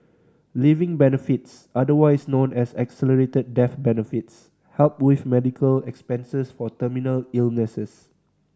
living benefits otherwise known as accelerated death benefits help with medical expenses for terminal illnesses